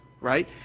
right